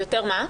יותר מה?